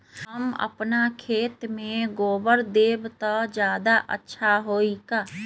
हम अपना खेत में गोबर देब त ज्यादा अच्छा होई का?